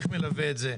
איך מלווים את זה?